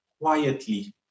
quietly